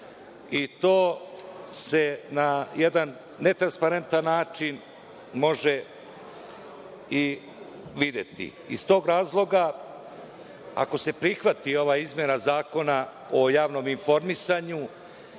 i to se na jedan netransparentan način može i videti. Iz tog razloga, ako se prihvati ova izmena Zakona o javnom informisanju